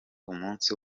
umunsi